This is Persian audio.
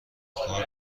کار